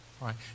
right